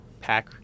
pack